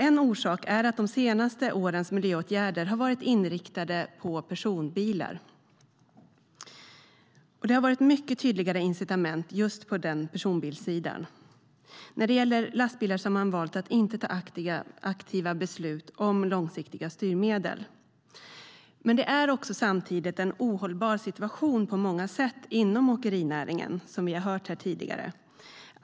En orsak är att de senaste årens miljöåtgärder har varit inriktade på personbilar. Det har varit mycket tydligare incitament på personbilssidan. När det gäller lastbilar har man valt att inte fatta aktiva beslut om långsiktiga styrmedel. Samtidigt är det en ohållbar situation på många sätt inom åkerinäringen, som vi hört tidigare här.